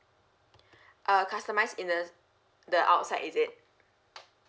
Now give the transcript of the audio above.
uh customised in the the outside is it